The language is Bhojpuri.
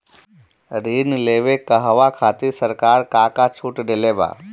ऋण लेवे कहवा खातिर सरकार का का छूट देले बा?